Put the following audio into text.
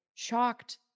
Shocked